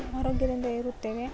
ಆರೋಗ್ಯದಿಂದ ಇರುತ್ತೇವೆ